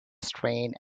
strained